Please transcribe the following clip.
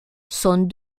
sont